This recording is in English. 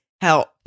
Help